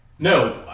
No